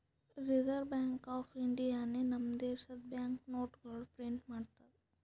reserve bank of ಇಂಡಿಯಾನೆ ನಮ್ ದೇಶದು ಬ್ಯಾಂಕ್ ನೋಟ್ಗೊಳ್ ಪ್ರಿಂಟ್ ಮಾಡ್ತುದ್